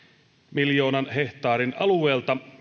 miljoonan hehtaarin alueelta